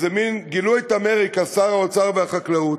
איזה מין "גילו את אמריקה", שר האוצר והחקלאות,